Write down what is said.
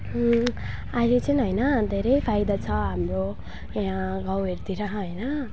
अहिले चाहिँ होइन धेरै फाइदा छ हाम्रो यहाँ गाउँहरूतिर होइन